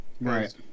Right